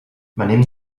venim